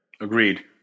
Agreed